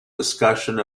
discussion